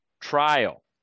Trial